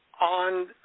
on